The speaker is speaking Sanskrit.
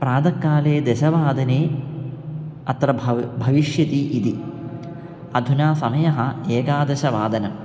प्रातःकाले दशवादने अत्र भव् भविष्यति इति अधुना समयः एकादशवादनम्